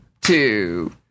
two